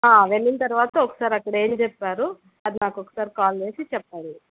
వెళ్ళిన తరవాత ఒకసారి అక్కడ ఏమి చెప్పారు అది నాకు ఒకసారి కాల్ చేసి చెప్పండి